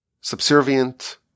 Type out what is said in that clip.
subservient